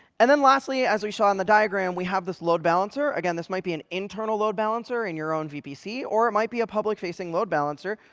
and then lastly, as we saw in the diagram, we have this load balancer. again, this might be an internal load balancer in your own vpc. or it might be a public-facing load balancer.